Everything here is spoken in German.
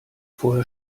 vorher